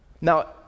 Now